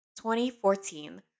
2014